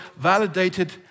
validated